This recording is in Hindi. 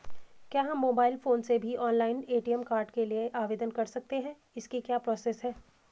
क्या हम मोबाइल फोन से भी ऑनलाइन ए.टी.एम कार्ड के लिए आवेदन कर सकते हैं इसकी क्या प्रोसेस है?